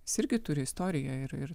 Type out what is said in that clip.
jis irgi turi istoriją ir ir